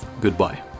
Goodbye